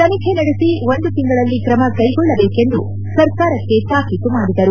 ತನಿಖೆ ನಡೆಸಿ ಒಂದು ತಿಂಗಳಲ್ಲಿ ಕ್ರಮ ಕೈಗೊಳ್ಳಬೇಕೆಂದು ಸರ್ಕಾರಕ್ಕೆ ತಾಕೀತು ಮಾಡಿದರು